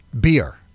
beer